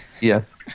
Yes